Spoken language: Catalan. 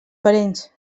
parents